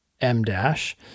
M-dash